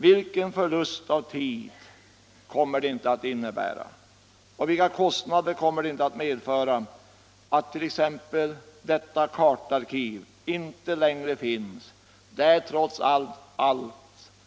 Vilken förlust av tid kommer det inte att innebära och vilka kostnader kommer det inte att medföra att t.ex. detta kartarkiv inte längre finns där